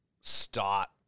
start